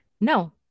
no